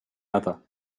other